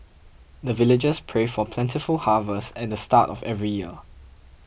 the villagers pray for plentiful harvest at the start of every year